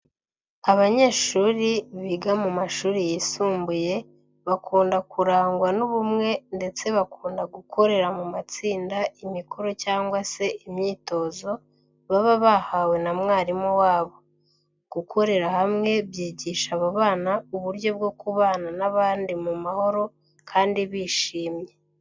Abanyeshuri biga mu mashuri yisumbuye bakunda kurangwa n'ubumwe ndetse bakunda gukorera mu matsinda imikoro cyangwa se imyitozo baba bahawe na mwarimu wabo. Gukorera hamwe byigisha abo bana uburyo bwo kubana n'abandi mu mahoro kandi bishimye.